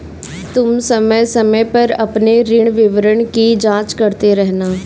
तुम समय समय पर अपने ऋण विवरण की जांच करते रहना